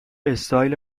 استایل